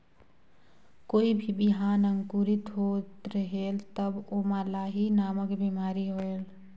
कोई भी बिहान अंकुरित होत रेहेल तब ओमा लाही नामक बिमारी होयल?